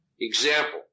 Example